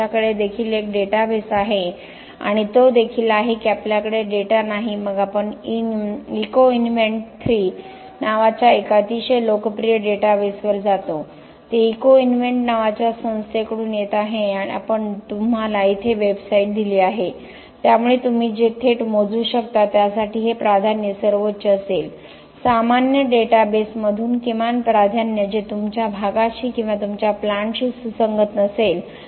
त्यांच्याकडे देखील एक डेटाबेस आहे आणि तो देखील आहे की आपल्याकडे डेटा नाही मग आपण इकोइन्व्हेन्टनावाच्या एका अतिशय लोकप्रिय डेटाबेसवर जातो हे इकोइन्व्हेन्ट नावाच्या संस्थेकडून येत आहे आपण तुम्हाला येथे वेबसाइट दिली आहे त्यामुळे तुम्ही जे थेट मोजू शकता त्यासाठी हे प्राधान्य सर्वोच्च असेल सामान्य डेटाबेसमधून किमान प्राधान्य जे तुमच्या भागाशी किंवा तुमच्या प्लांटशी सुसंगत नसेल